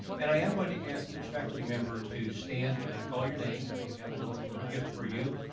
and i am going to ask each faculty member to stand when i call your name. we have a little gift for you.